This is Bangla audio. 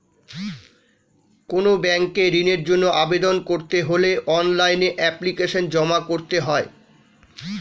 কোনো ব্যাংকে ঋণের জন্য আবেদন করতে হলে অনলাইনে এপ্লিকেশন জমা করতে হয়